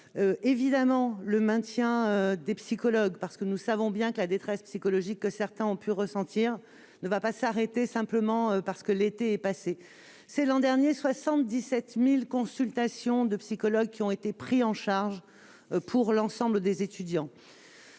également maintenus les psychologues, car nous savons bien que la détresse psychologique que certains ont pu ressentir ne s'arrêtera pas parce que l'été est passé. L'an dernier, 77 000 consultations de psychologues ont été prises en charge pour l'ensemble des étudiants.